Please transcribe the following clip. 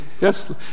yes